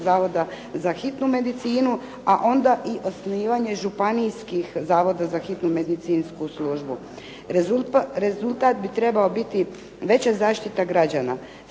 zavoda za hitnu medicinu a onda i osnivanje županijskih zavoda za hitnu medicinsku službu. Rezultat bi trebao biti veća zaštita građana.